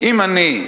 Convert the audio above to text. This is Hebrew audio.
אם אני,